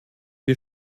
wie